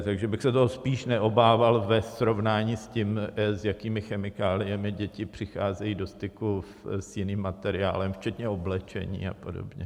Takže bych se toho spíš neobával ve srovnání, s jakými chemikáliemi děti přicházejí do styku s jiným materiálem včetně oblečení a podobně.